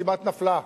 כמעט נפלה.